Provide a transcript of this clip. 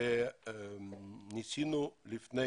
לפני